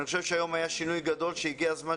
אני חושב שהיום היה שינוי גדול שהגיע הזמן